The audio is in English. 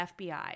FBI